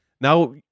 Now